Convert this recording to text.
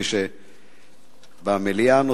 מי שנותר במליאה,